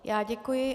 Já děkuji.